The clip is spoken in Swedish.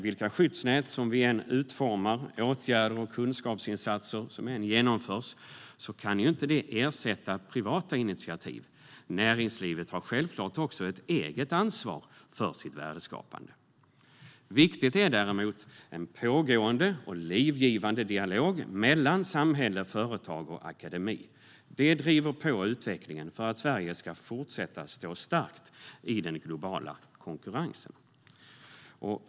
Vilka skyddsnät som än utformas och vilka åtgärder och kunskapsinsatser som än genomförs kan de inte ersätta privata initiativ. Näringslivet har självklart också ett eget ansvar för sitt värdeskapande. Däremot är det viktigt med en pågående och livgivande dialog mellan samhälle, företag och akademi. Det driver på utvecklingen för att Sverige ska fortsätta stå starkt i den globala konkurrensen.